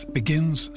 begins